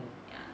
ya